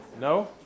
No